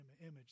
image